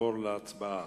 נעבור להצבעה.